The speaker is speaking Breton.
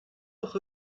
hocʼh